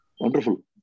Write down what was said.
Wonderful